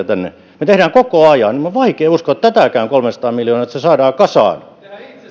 tänne me teemme koko ajan niin minun on vaikea uskoa että tätäkään kolmeasataa miljoonaa saadaan kasaan